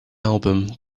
album